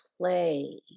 play